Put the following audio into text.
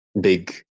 big